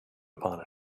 upon